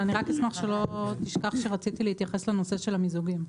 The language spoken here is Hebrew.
אבל אני אשמח שלא תשכח שרציתי להתייחס לנושא של המיזוגים.